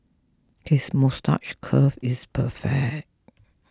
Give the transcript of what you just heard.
his moustache curl is perfect